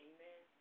Amen